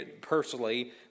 personally